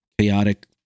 chaotic